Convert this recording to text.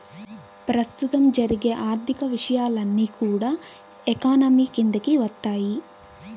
ప్రస్తుతం జరిగే ఆర్థిక విషయాలన్నీ కూడా ఎకానమీ కిందికి వత్తాయి